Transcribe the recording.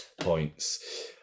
points